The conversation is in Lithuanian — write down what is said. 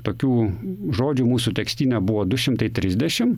tokių žodžių mūsų tekstyne buvo du šimtai trisdešim